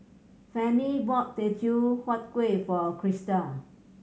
Fannye bought Teochew Huat Kueh for Christal